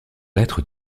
lettres